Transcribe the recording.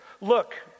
Look